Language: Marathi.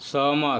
सहमत